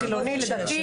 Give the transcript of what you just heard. לחילוני או לדתי.